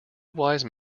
wise